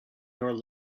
your